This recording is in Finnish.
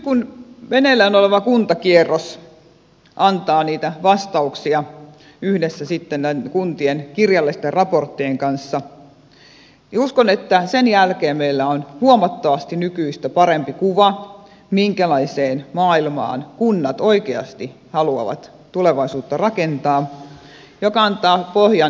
kun meneillään oleva kuntakierros nyt antaa vastauksia yhdessä kuntien kirjallisten raporttien kanssa uskon että sen jälkeen meillä on huomattavasti nykyistä parempi kuva siitä minkälaiseen maailmaan kunnat oikeasti haluavat tulevaisuutta rakentaa mikä antaa pohjan jatkovalmistelulle